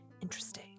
Interesting